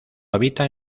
habita